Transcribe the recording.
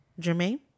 Jermaine